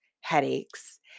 headaches